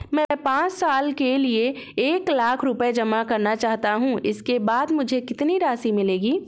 मैं पाँच साल के लिए एक लाख रूपए जमा करना चाहता हूँ इसके बाद मुझे कितनी राशि मिलेगी?